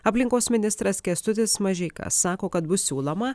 aplinkos ministras kęstutis mažeika sako kad bus siūloma